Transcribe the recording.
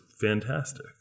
fantastic